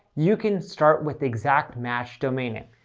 you can start with exact-match domain name.